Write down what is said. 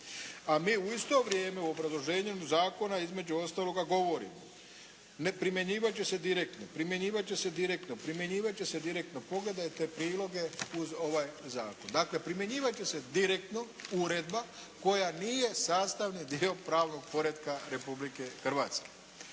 A mi u isto vrijeme u obrazloženju zakona između ostaloga govorimo, primjenjivat će se direktno, primjenjivat će se direktno, primjenjivat će se direktno. Pogledajte priloge uz ovaj zakon. Dakle, primjenjivat će se direktno uredba koja nije sastavni dio pravnog poretka Republike Hrvatske.